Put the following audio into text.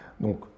donc